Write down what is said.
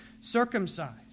circumcised